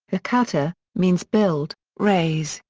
whakatu, means build, raise,